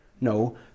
No